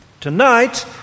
Tonight